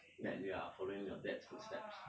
that you are following your dad's footsteps